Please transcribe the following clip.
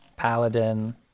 Paladin